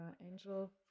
angel